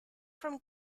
from